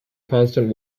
constant